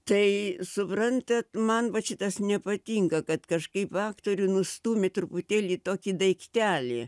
tai suprantat man vat šitas nepatinka kad kažkaip aktorių nustūmė truputėlį į tokį daiktelį